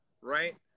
right